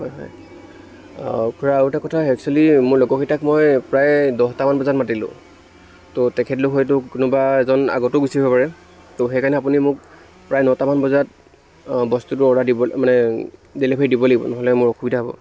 হয় হয় খুৰা আৰু এটা কথা একচুৱেলী মোৰ লগৰগিটাক মই প্ৰায় দহটামান বজাত মাতিলোঁ ত' তেখেত লোক হয়তো কোনোবা এজন আগতো গুচি আহিব পাৰে ত' সেইকাৰণে আপুনি মোক প্ৰায় নটামান বজাত বস্তুটো অৰ্ডাৰ দিব মানে ডেলিভাৰী দিব লাগিব নহ'লে মোৰ অসুবিধা হ'ব